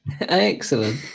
Excellent